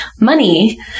money